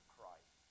Christ